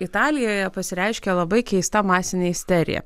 italijoje pasireiškia labai keista masinė isterija